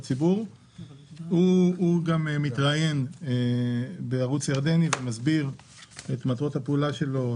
הוא גם מתראיין בערוץ ירדני ומסביר את מטרות הפעולה שלו,